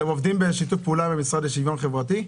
אתם עובדים בשיתוף פעולה עם המשרד לשוויון חברתי?